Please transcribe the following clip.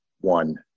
one